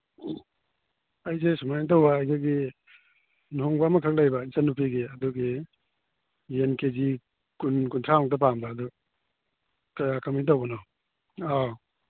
ꯑꯩꯁꯦ ꯁꯨꯃꯥꯏꯅ ꯇꯧꯕ ꯑꯩꯈꯣꯏꯒꯤ ꯂꯨꯍꯣꯡꯕ ꯑꯃꯈꯛ ꯂꯩꯕ ꯏꯆꯟꯅꯨꯄꯤꯒꯤ ꯑꯗꯨꯒꯤ ꯌꯦꯟ ꯀꯦ ꯖꯤ ꯀꯨꯟ ꯀꯨꯟꯊ꯭ꯔꯥꯃꯨꯛꯇ ꯄꯥꯝꯕ ꯑꯗꯨ ꯀꯃꯥꯏꯅ ꯇꯧꯕꯅꯣ ꯑꯧ